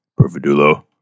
Perfidulo